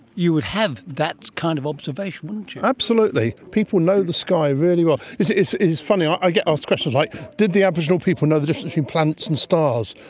you would have that kind of observation, wouldn't you. absolutely. people know the sky really well. it's it's funny, i get asked questions like did the aboriginal people know the difference between planets and stars?